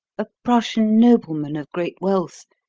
a prussian nobleman of great wealth.